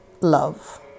love